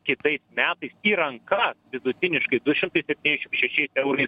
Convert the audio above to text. kitais metais į rankas vidutiniškai du šimtai septyniasdešim šešiais eurais